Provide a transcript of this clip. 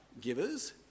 givers